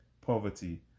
poverty